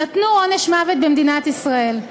נתנו עונש מוות במדינת ישראל.